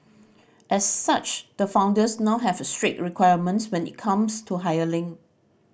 as such the founders now have strict requirements when it comes to